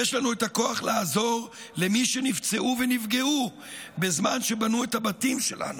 יש לנו הכוח לעזור למי שנפצעו ונפגעו בזמן שבנו את הבתים שלנו,